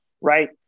right